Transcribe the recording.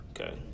Okay